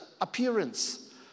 appearance